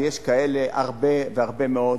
ויש כאלה הרבה מאוד.